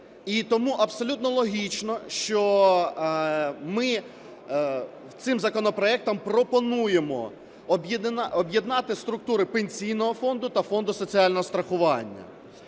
І тому абсолютно логічно, що ми цим законопроектом пропонуємо об'єднати структури Пенсійного фонду та Фонду соціального страхування.